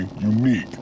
unique